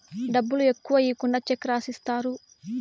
డబ్బులు ఎక్కువ ఈకుండా చెక్ రాసిత్తారు